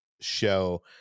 show